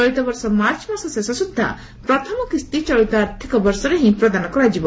ଚଳିତ ବର୍ଷ ମାର୍ଚ ମାସ ଶେଷ ସୁଦ୍ଧା ପ୍ରଥମ କିସ୍ତି ଚଳିତ ଆର୍ଥିକ ବର୍ଷରେ ହି ପ୍ରଦାନ କରାଯିବ